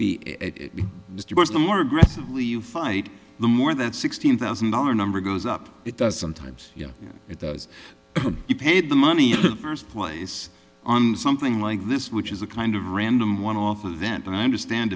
just the more aggressively you fight the more that sixteen thousand dollar number goes up it does sometimes you know it does you paid the money in the first place on something like this which is a kind of random one off event and i understand